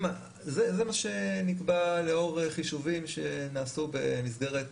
זה מה שנקבע לאור חישובים שנעשו במסגרת